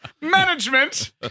Management